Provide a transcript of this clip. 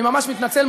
אני ממש מתנצל.